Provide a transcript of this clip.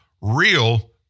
real